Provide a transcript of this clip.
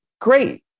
great